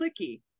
clicky